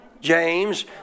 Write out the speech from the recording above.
James